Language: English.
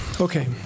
Okay